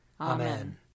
Amen